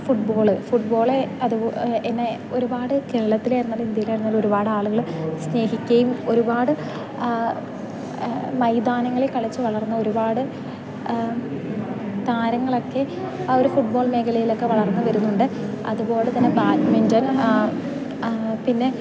football football അതുപോലെ തന്നെ ഒരുപാട് കേരളത്തിലായിരുന്നാലും ഇന്ത്യയിലായിരുന്നാലും ഒരുപാട് ആളുകൾ സ്നേഹിക്കുകയും ഒരുപാട് മൈതാനങ്ങളിൽ കളിച്ച് വളർന്ന ഒരുപാട് താരങ്ങളൊക്കെ ആ ഒരു ഫുട്ബോൾ മേഖലയിലൊക്കെ വളർന്ന് വരുന്നുണ്ട് അതുപോലെ തന്നെ ബാഡ്മിൻ്റൺ പിന്നെ